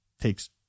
takes